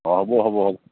অঁ হ'ব হ'ব হ'ব